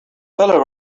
feller